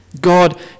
God